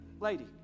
lady